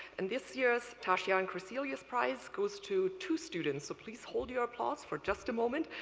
and this year's tashjian-crecelius prize goes to two students, so please hold your applause for just a moment.